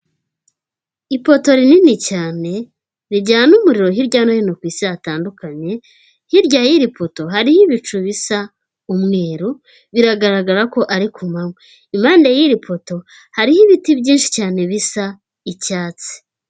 I poto rinini cyane, rijyana umuriro hirya no hino ku isi hatandukanye, hirya y'iri poto hari ibicu bisa umweru, biragaragara ko ari ku manywa. Impande y'iri poto, hariho ibiti byinshi cyane bisa icyatsi.